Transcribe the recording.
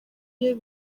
iyo